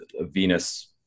Venus